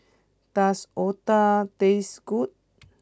does Otah taste good